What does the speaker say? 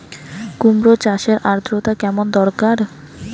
কুমড়ো চাষের আর্দ্রতা কেমন দরকার?